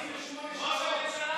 48 שעות.